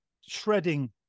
shredding